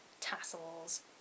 tassels